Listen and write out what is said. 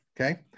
Okay